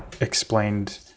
explained